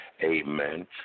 amen